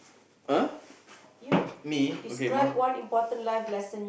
uh me okay moral